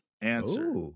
answer